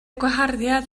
gwaharddiad